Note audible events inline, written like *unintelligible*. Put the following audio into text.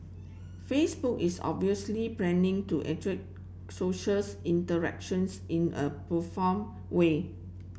Facebook is obviously planning to *unintelligible* socials interactions in a profound way